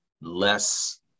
less